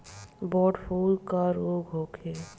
Bird flu का रोग होखे?